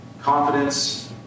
confidence